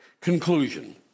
Conclusion